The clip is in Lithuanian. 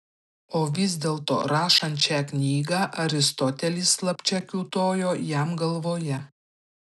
o vis dėlto rašant šią knygą aristotelis slapčia kiūtojo jam galvoje